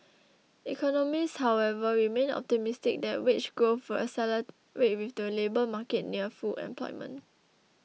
economists however remain optimistic that wage growth will accelerate with the labour market near full employment